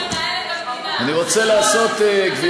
לא מנהלת את המדינה, גברתי היושבת-ראש,